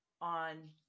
on